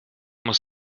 muss